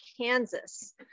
Kansas